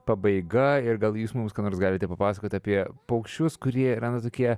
pabaiga ir gal jūs mums ką nors galite papasakoti apie paukščius kurie yra na tokie